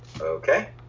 Okay